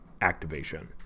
activation